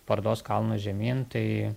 parodos kalnu žemyn tai